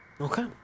Okay